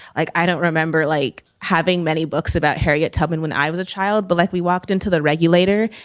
like i don't remember like having many books about harriet tubman when i was a child, but like we walked into the regulator,